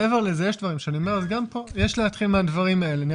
מעבר לזה יש דברים גם פה יש להתחיל מהדברים האלה.